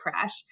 crash